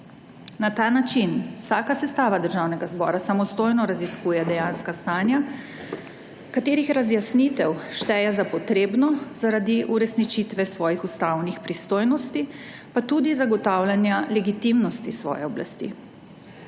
Na ta način vsaka sestava Državnega zbora samostojno raziskuje dejanska stanja, katerih razjasnitev šteje za potrebno zaradi uresničitve svojih ustavnih pristojnosti pa tudi zagotavljanja legitimnosti svoje oblasti,